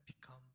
become